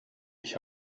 ich